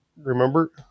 Remember